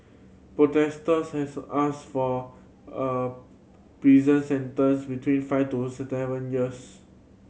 protectors has asked for a prison sentence between five to seven years